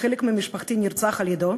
שחלק ממשפחתי נרצח על-ידיו,